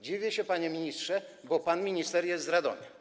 Dziwię się, panie ministrze, bo pan minister jest z Radomia.